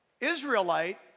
Israelite